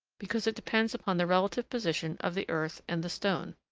because it depends upon the relative position of the earth and the stone.